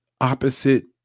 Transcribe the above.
Opposite